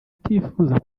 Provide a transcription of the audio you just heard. atifuza